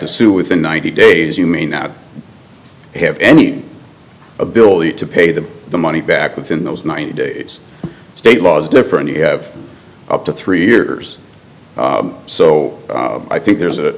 to sue within ninety days you may not have any ability to pay them the money back within those ninety days state laws differ and you have up to three years so i think there's a